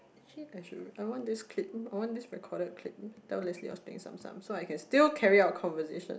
actually I should I want this clip I want this recorded clip tell Leslie I was playing Tsum Tsum so I can still carry out conversation